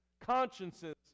consciences